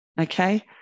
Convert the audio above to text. okay